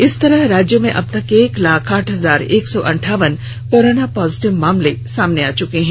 इस तरह राज्य में अबतक एक लाख आठ हजार एक सौ अंठावन कोरोना पॉजिटिव मामले सामने आ चुके हैं